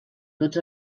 tots